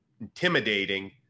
intimidating